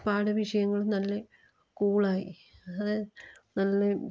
പാഠവിഷയങ്ങളും നല്ല കൂളായി അതായത് നല്ല